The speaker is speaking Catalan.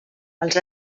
als